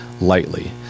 lightly